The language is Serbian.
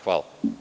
Hvala.